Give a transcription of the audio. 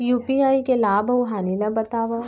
UPI के लाभ अऊ हानि ला बतावव